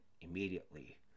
immediately